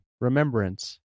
remembrance